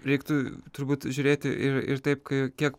reiktų turbūt žiūrėti ir ir taip kai kiek